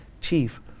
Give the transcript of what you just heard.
Chief